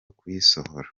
kuyisohora